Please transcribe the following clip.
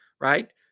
right